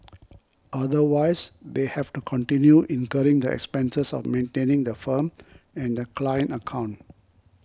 otherwise they have to continue incurring the expenses of maintaining the firm and the client account